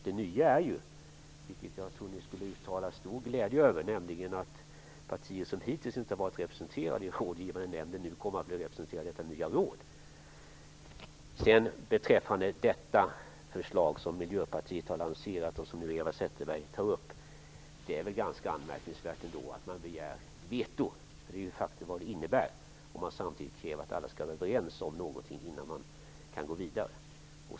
Det nya är ju, vilket jag trodde att ni skulle uttala stor glädje över, att partier som hittills inte har varit representerade i rådgivande nämnden, nu kommer att bli representerade i detta råd. Beträffande det förslag som Miljöpartiet har aviserat och som Eva Zetterberg nu tar upp är det väl ganska anmärkningsvärt att begära att det skall införas vetorätt, om man samtidigt kräver att alla skall vara överens om någonting innan man kan gå vidare.